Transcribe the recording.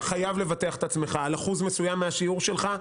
אפשר לקבוע שאתה חייב לבטח את עצמך על אחוז מסוים מהשכר שלך.